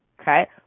Okay